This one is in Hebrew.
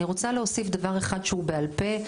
אני רוצה להוסיף דבר אחד שהוא בעל פה,